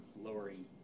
lowering